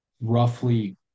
roughly